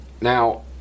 Now